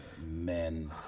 men